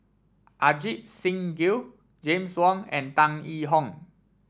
Ajit Singh Gill James Wong and Tan Yee Hong